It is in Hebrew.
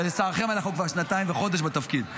ולצערכם, אנחנו כבר שנתיים וחודש בתפקיד.